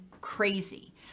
crazy